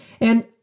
And-